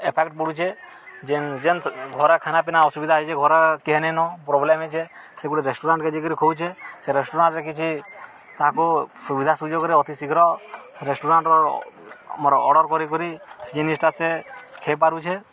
effect ପଡ଼ୁଛେ ଯେନ୍ ଯେନ୍ ଘର ଖାନାପିନା ଅସୁବିଧା ହେଇଛେ ଘର କିଏ ନେଇଁନ ପ୍ରୋବ୍ଲେମ୍ ହେଇଛେ ସେ ଗୋଟେ ରେଷ୍ଟୁରାଣ୍ଟ୍ ଯେଇକିରି ଖଉଛେ ସେ ରେଷ୍ଟୁରାଣ୍ଟ୍ରେ କିଛି ତାହାକୁ ସୁବିଧା ସୁଯୋଗରେ ଅତି ଶୀଘ୍ର ରେଷ୍ଟୁରାଣ୍ଟ୍ର ଆମର ଅର୍ଡ଼ର୍ କରିିକରି ସେ ଜିନିଷ୍ଟା ସେ ଖେଇ ପାରୁଛେ